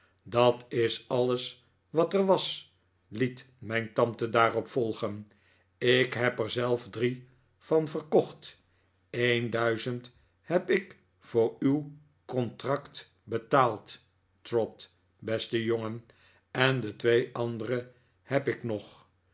dat is alles wat er was liet mijn tante daarop volgen ik heb er zelf drie van verkocht een duizend heb ik voor uw contract betaald trot beste jongen en de twee andere heb ik nog